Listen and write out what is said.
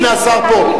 הנה, השר פה.